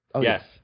yes